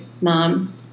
mom